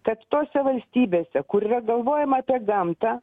kad tose valstybėse kur yra galvojama apie gamtą